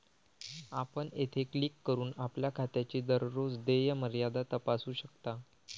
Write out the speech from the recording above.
आपण येथे क्लिक करून आपल्या खात्याची दररोज देय मर्यादा तपासू शकता